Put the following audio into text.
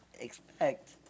expect